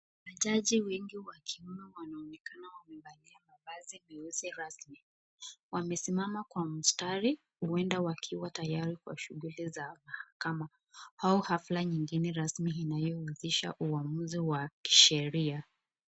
Majaji wengi wakiwemo wanaonekana wamevalia sare nyeusi rasmi, wamesimama kwa mistari huenda wakiwa tayari kwa shughuli za kama au hafla nyingine rasmi inayo huzisha uamuzi wa kisheria.